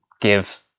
give